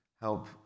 help